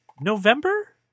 November